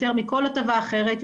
יותר מכל הטבה אחרת,